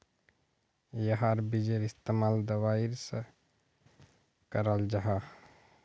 याहार बिजेर इस्तेमाल दवाईर सा कराल जाहा